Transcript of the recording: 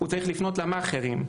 צריך לפנות למאכערים,